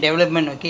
nonsense